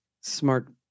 smart